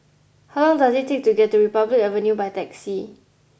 how long does it take to get to Republic Avenue by taxi